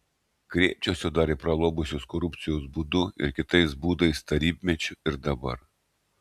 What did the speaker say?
kreipčiausi dar į pralobusius korupcijos būdu ir kitais būdais tarybmečiu ir dabar